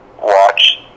watch